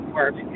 work